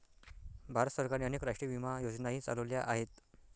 भारत सरकारने अनेक राष्ट्रीय विमा योजनाही चालवल्या आहेत